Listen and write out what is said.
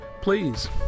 Please